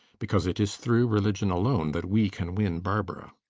because it is through religion alone that we can win barbara.